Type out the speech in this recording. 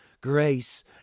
grace